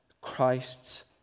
Christ's